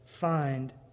find